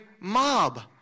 mob